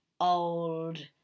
old